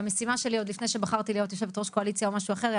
והמשימה שלי עוד לפני שבחרתי להיות יושבת ראש קואליציה או משהו אחר,